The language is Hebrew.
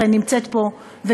נמצאים פה,